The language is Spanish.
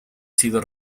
sido